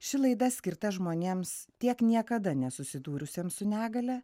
ši laida skirta žmonėms tiek niekada nesusidūrusiem su negalia